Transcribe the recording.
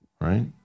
right